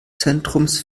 zentrums